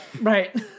Right